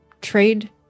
trade